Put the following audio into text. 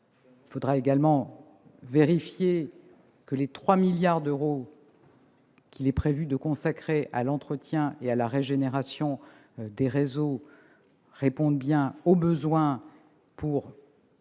Il faudra également vérifier que les 3 milliards d'euros qu'il est prévu de consacrer à l'entretien et à la régénération des réseaux répondent bien aux besoins pour